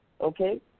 okay